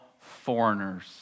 foreigners